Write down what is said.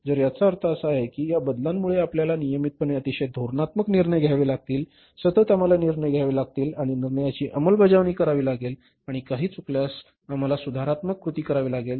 तर याचा अर्थ असा आहे की या बदलांमुळे आपल्याला नियमितपणे अतिशय धोरणात्मक निर्णय घ्यावे लागतील सतत आम्हाला निर्णय घ्यावे लागतील आणि निर्णयांची अंमलबजावणी करावी लागेल आणि काही चुकल्यास आम्हाला सुधारात्मक कृती करावी लागेल